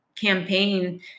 campaign